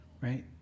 Right